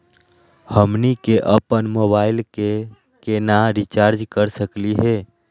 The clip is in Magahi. हमनी के अपन मोबाइल के केना रिचार्ज कर सकली हे?